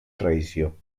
traïció